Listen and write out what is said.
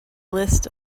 list